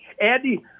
Andy